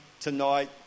tonight